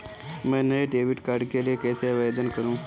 मैं नए debit card के लिए कैसे आवेदन करूं?